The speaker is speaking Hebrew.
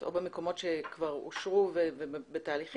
או במקומות שכבר אושרו ובתהליכים,